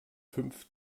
fünf